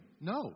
No